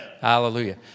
hallelujah